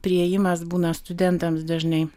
priėjimas būna studentams dažnai